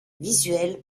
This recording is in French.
visuels